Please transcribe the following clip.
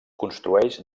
construeix